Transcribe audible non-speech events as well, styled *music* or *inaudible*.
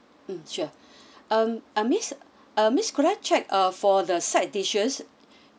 mm sure *breath* um uh miss uh miss could I check uh for the side dishes *breath*